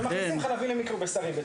ומכניסים חלבי למיקרו בשרי.